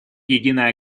единая